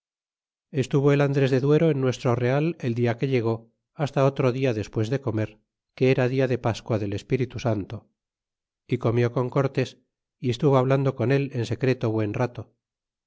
estuvo el andres de duero en nuestro real el dia que llegó hasta otro dia despues de comer que era dia de pasqua de espiritu santo y comió con cortés y estuvo hablando con él en secreto buen rato